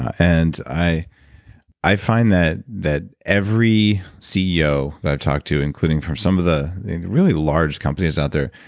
and i i find that that every ceo that i've talked to, including from some of the really large companies out there,